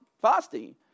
fasting